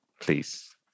Please